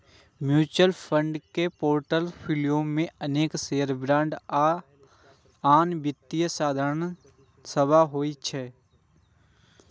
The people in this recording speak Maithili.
म्यूचुअल फंड के पोर्टफोलियो मे अनेक शेयर, बांड आ आन वित्तीय साधन सभ होइ छै